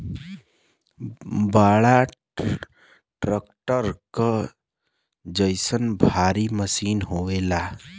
बड़ा ट्रक्टर क जइसन भारी मसीन होला